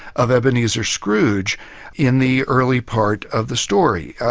of ebenezer scrooge in the early part of the story.